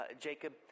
Jacob